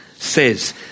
Says